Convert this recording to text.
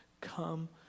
Come